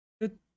Good